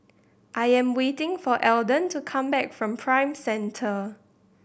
I am waiting for Eldon to come back from Prime Centre